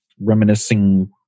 reminiscing